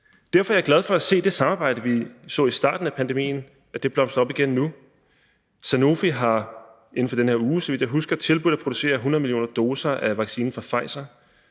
Derfor er jeg glad for at se, at det samarbejde, som vi så i starten af pandemien, nu igen blomstrer op. Sanofi har inden for den her uge, så vidt jeg husker, tilbudt at producere 100 millioner doser af vaccinen fra Pfizer,